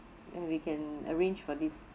and we can arrange for this